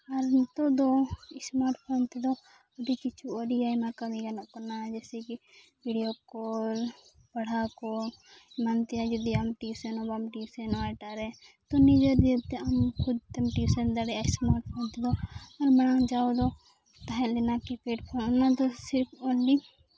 ᱟᱨ ᱱᱤᱛᱚᱜ ᱫᱚ smart phone ᱛᱮᱫᱚ ᱟᱹᱰᱤ ᱠᱤᱪᱷᱩ ᱟᱹᱰᱤ ᱟᱭᱢᱟ ᱠᱟᱹᱢᱤ ᱜᱟᱱᱚᱜ ᱠᱟᱱᱟ ᱡᱮᱭᱥᱮ ᱠᱤ ᱵᱷᱤᱰᱤᱭᱳ ᱠᱚᱞ ᱯᱟᱲᱦᱟᱣ ᱠᱚ ᱮᱢᱟᱱ ᱛᱮᱭᱟᱜ ᱡᱩᱫᱤ ᱟᱢ ᱴᱤᱭᱩᱥᱚᱱ ᱦᱚᱸᱵᱟᱢ ᱴᱤᱭᱩᱥᱚᱱᱚᱜᱼᱟ ᱮᱴᱟᱜ ᱨᱮ ᱛᱚ ᱱᱤᱡᱮ ᱱᱤᱡᱮ ᱛᱮ ᱟᱢ ᱠᱷᱩᱫ ᱮᱢ ᱴᱤᱭᱩᱥᱚᱱ ᱫᱟᱲᱮᱭᱟᱜᱼᱟ ᱥᱢᱟᱨᱴ ᱯᱷᱳᱱ ᱛᱮᱫᱚ ᱢᱟᱲᱟᱝ ᱡᱟᱦᱟᱸ ᱫᱚ ᱛᱟᱦᱮᱸ ᱞᱮᱱᱟ ᱠᱤ ᱠᱤᱯᱮᱰ ᱯᱷᱳᱱ ᱚᱱᱟᱫᱚ ᱥᱤᱨᱤᱯ ᱚᱱᱞᱤ